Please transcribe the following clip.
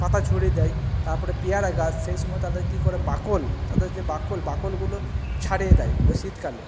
পাতা ঝরিয়ে দেয় তারপরে পেয়ারা গাছ সেই সময় তাদের কী করে বাকল তাদের যে বাকল বাকলগুলো ছাড়িয়ে দেয় ওই শীতকালে